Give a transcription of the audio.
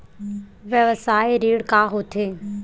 व्यवसाय ऋण का होथे?